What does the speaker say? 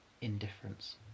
indifference